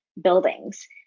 buildings